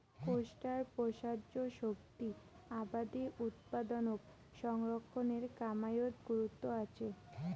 কোষ্টার প্রসার্য শক্তি আবাদি উৎপাদনক সংরক্ষণের কামাইয়ত গুরুত্ব আচে